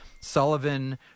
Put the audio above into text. Sullivan